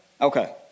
Okay